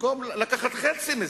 במקום לקחת חצי מזה,